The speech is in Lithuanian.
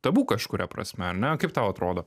tabu kažkuria prasme ar ne kaip tau atrodo